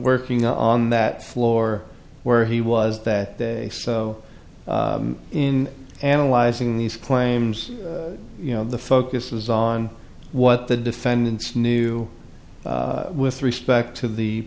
working on that floor where he was that day so in analyzing these claims you know the focus is on what the defendants knew with respect to the